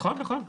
נכון, נכון.